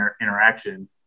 interaction